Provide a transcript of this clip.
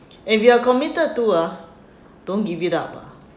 if you are committed to ah don't give it up lah